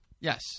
Yes